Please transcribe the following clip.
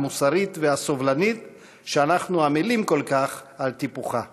המוסרית והסובלנית שאנחנו עמלים כל כך על טיפוחה.